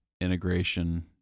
integration